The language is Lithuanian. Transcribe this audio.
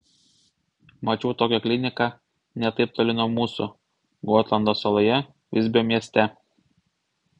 mačiau tokią kliniką ne taip toli nuo mūsų gotlando saloje visbio mieste